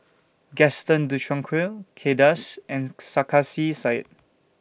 Gaston Dutronquoy Kay Das and Sarkasi Said